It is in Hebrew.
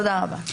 תודה רבה.